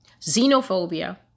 Xenophobia